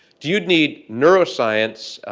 do you need neuroscience